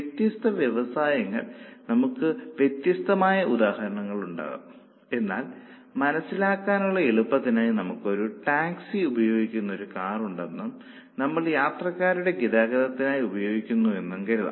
വ്യത്യസ്ത വ്യവസായങ്ങളിൽ നമുക്ക് വ്യത്യസ്തമായ ഉദാഹരണങ്ങൾ ഉണ്ടാകാം എന്നാൽ മനസ്സിലാക്കാനുള്ള എളുപ്പത്തിനായി നമുക്ക് ഒരു ടാക്സിയായി ഉപയോഗിക്കുന്ന ഒരു കാർ ഉണ്ടെന്നും നമ്മളത് യാത്രക്കാരുടെ ഗതാഗതത്തിനായി ഉപയോഗിക്കുന്നുവെന്നും കരുതാം